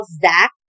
Zach